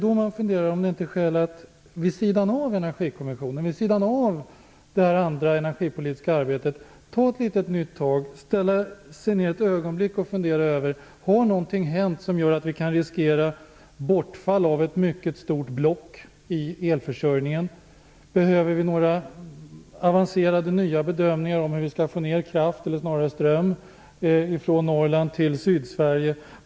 Då undrar man om det inte finns skäl att vid sidan av Energikommissionen och annat energipolitiskt arbete ta ett nytt tag, sätta sig ner ett ögonblick och fundera: Har någonting hänt som gör att vi kan riskera bortfall av ett mycket stort block i elförsörjningen? Behöver vi några avancerade nya bedömningar om hur vi skall få mer ström från Norrland till Sydsverige?